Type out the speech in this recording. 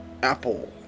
Apple